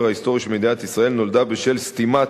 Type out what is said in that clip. ההיסטורי של מדינת ישראל נולדה בשל סתימת